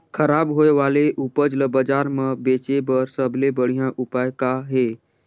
खराब होए वाले उपज ल बाजार म बेचे बर सबले बढ़िया उपाय का हे?